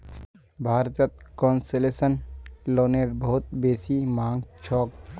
भारतत कोन्सेसनल लोनेर बहुत बेसी मांग छोक